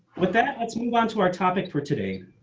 with that, let's move on to our topic for today,